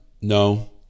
no